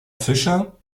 fischer